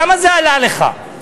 כמה זה עלה לך?